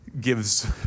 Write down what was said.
gives